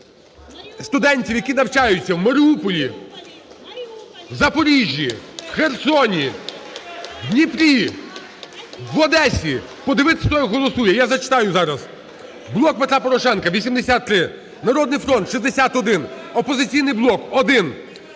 студентів, які навчаються в Маріуполі, Запоріжжі, Херсоні, в Дніпрі, в Одесі, подивитися, хто як голосує. Я зачитаю зараз. "Блок Петра Порошенка" – 83, "Народний фронт" – 61, "Опозиційний блок" –